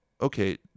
okay